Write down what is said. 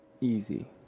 easy